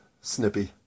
snippy